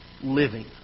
living